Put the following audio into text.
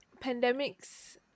Pandemics